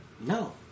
No